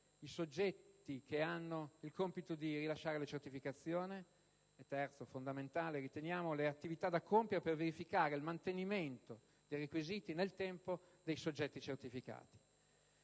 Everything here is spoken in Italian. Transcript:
i soggetti che hanno il compito di rilasciare le certificazioni; le attività da compiere per verificare il mantenimento dei requisiti nel tempo dei soggetti certificati.